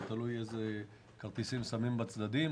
תלוי איזה כרטיסים שמים בצדדים,